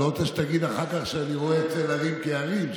אני לא רוצה שתגיד אחר כך שאני רואה צל הרים כהרים,